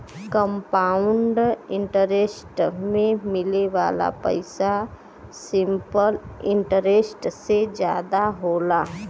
compound interest में मिले वाला पइसा सिंपल इंटरेस्ट से जादा होला